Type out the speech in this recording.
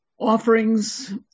offerings